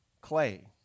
clay